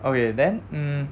okay then hmm